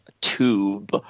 tube